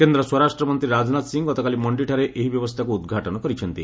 କେନ୍ଦ୍ର ସ୍ୱରାଷ୍ଟ୍ରମନ୍ତ୍ରୀ ରାଜନାଥ ସିଂ ଗତକାଲି ମଣ୍ଡିଠାରେ ଏହି ବ୍ୟବସ୍ଥାକୃ ଉଦ୍ଘାଟନ କରିଛନ୍ତି